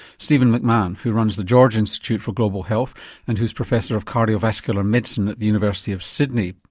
stephen macmahon who runs the george institute for global health and who's professor of cardiovascular medicine at the university of sydney.